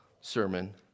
sermon